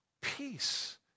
peace